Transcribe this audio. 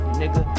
nigga